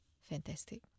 Fantastic